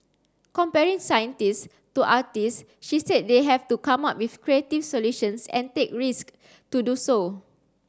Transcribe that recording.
comparing scientists to artists she said they have to come up with creative solutions and take risk to do so